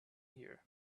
here